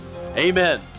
Amen